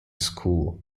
school